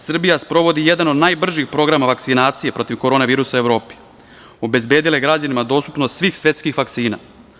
Srbija sprovodi jedan od najbržih programa vakcinacije protiv korona virusa u Evropi, obezbedila je građanima dostupnost svih svetskih vakcina.